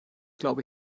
glaube